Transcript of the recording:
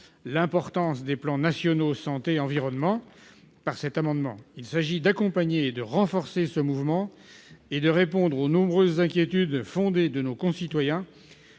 l'importance des plans nationaux santé-environnement, mais il s'agit d'accompagner et de renforcer ce mouvement, et de répondre aux nombreuses inquiétudes, justifiées, de nos concitoyens